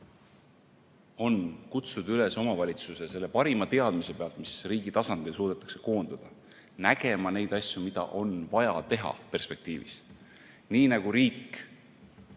on kutsuda üles omavalitsusi selle parima teadmise alusel, mis riigi tasandil suudetakse koondada, nägema neid asju, mida on vaja teha perspektiivis. Riik